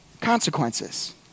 consequences